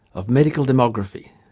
of medical demography.